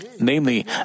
namely